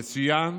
יצוין